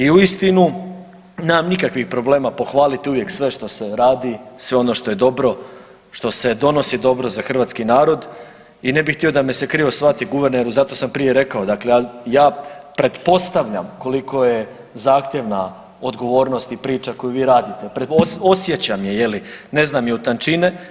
I uistinu, nemam nikakvih problema pohvaliti uvijek sve što se radi, sve ono što je dobro, što se donosi dobro za hrvatski narod i ne bih htio da me se krivo shvati, guverneru, zato sam prije rekao, dakle ja pretpostavljam koliko je zahtjevna koliko je zahtjevna odgovornost i priča koju vi radite, osjećam ju je li, ne znam ju u tančine.